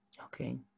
Okay